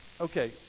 Okay